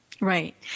Right